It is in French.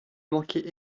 manquez